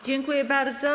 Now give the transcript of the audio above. Dziękuję bardzo.